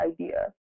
idea